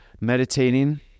meditating